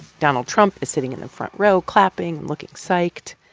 donald trump is sitting in the front row, clapping and looking psyched.